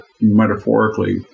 metaphorically